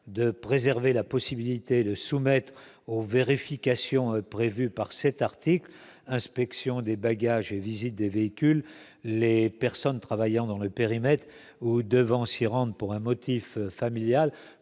de préserver la possibilité de soumettre aux vérifications prévues par cet article, inspection des bagages et visite des véhicules, les personnes travaillant dans le périmètre. Devanciers rendent pour un motif familial